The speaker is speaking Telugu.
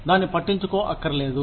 దాన్ని పట్టించుకో అక్కర్లేదు